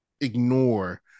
ignore